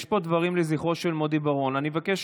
יש פה דברים לזכרו של מודי בראון, אני מבקש